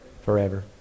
Forever